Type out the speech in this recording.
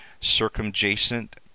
circumjacent